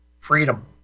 Freedom